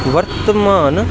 वर्तमान